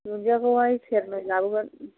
दुन्दियाखौहाय सेरनै लाबोगोन